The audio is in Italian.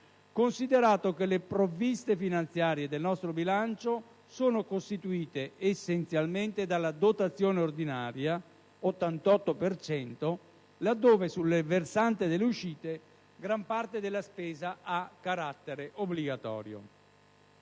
considerato che le provviste finanziarie del nostro bilancio sono costituite essenzialmente dalla dotazione ordinaria (88 per cento), laddove, sul versante delle uscite, gran parte della spesa ha carattere obbligatorio: